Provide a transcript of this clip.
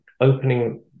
opening